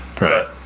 Right